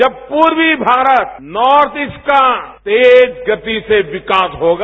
जब पूर्वी Bharat north east का तेज गति से विकास होगा